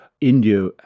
India